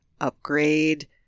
upgrade